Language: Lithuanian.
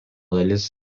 dalis